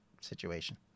situation